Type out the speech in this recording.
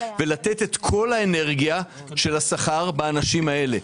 ולתת את כל האנרגיה של השכר באנשים האלה.